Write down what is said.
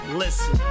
listen